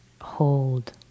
hold